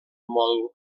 mòdul